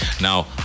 now